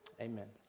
amen